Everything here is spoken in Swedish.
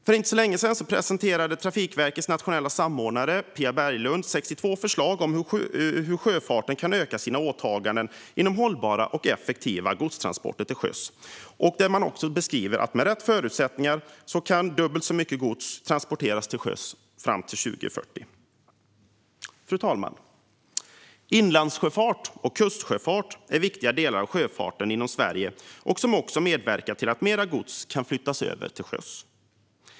För inte så länge sedan presenterade Trafikverkets nationella samordnare, Pia Berglund, 62 förslag för hur sjöfarten kan öka sina åtaganden inom hållbara och effektiva godstransporter till sjöss. Man beskriver att med rätt förutsättningar kan dubbelt så mycket gods transporteras till sjöss fram till 2040. Fru talman! Inlandssjöfart och kustsjöfart är viktiga delar av den svenska sjöfarten. De medverkar också till att mer gods kan flyttas över till sjöss.